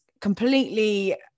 completely